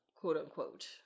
quote-unquote